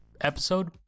episode